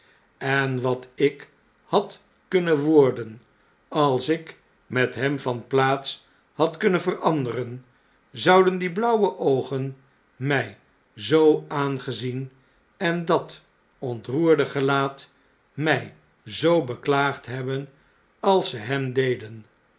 en wat ik had kunnen worden als ik met hem van plaats had kunnen veranderen zoudendie blauwe oogen mij zoo aangezien en dat ontroerde gelaat mij zoo beklaagd hebben als ze hem deden